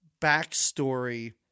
backstory